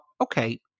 okay